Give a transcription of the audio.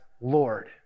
Lord